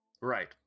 Right